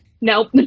Nope